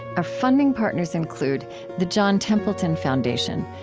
our funding partners include the john templeton foundation.